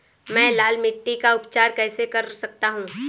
मैं लाल मिट्टी का उपचार कैसे कर सकता हूँ?